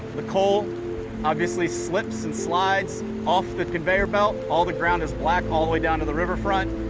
the coal obviously slips and slides off the conveyor belt, all the ground is black all the way down to the riverfront.